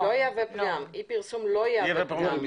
אי פרסום לא יהווה פגם.